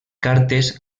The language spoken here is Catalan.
cartes